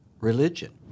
religion